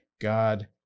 God